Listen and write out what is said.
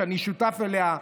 שאני שותף לה,